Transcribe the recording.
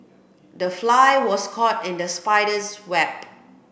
the fly was caught in the spider's web